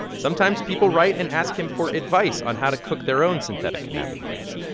sometimes people write and ask him for advice on how to cook their own synthetic cannabinoids.